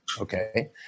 Okay